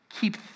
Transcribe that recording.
keep